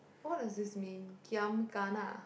what does this mean giam kana